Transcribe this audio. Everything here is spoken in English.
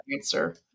answer